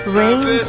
rain